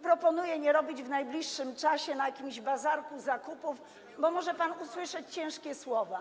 Proponuję nie robić w najbliższym czasie na jakimś bazarku zakupów, bo może pan usłyszeć ciężkie słowa.